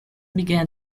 began